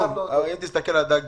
אם תסתכל על דג